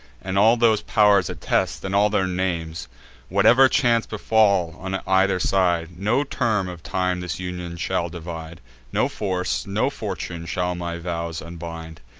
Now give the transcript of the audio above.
and all those pow'rs attest, and all their names whatever chance befall on either side, no term of time this union shall divide no force, no fortune, shall my vows unbind,